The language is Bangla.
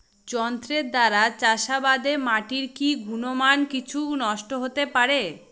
যন্ত্রের দ্বারা চাষাবাদে মাটির কি গুণমান কিছু নষ্ট হতে পারে?